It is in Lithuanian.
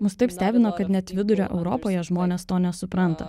mus taip stebino kad net vidurio europoje žmonės to nesupranta